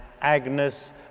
Agnes